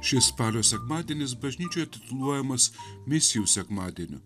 šis spalio sekmadienis bažnyčioj tituluojamas misijų sekmadieniu